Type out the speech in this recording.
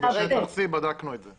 הוא בשטח C. בדקנו את זה.